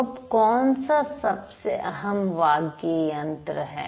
तो अब कौन सा सबसे अहम वाग्यंत्र है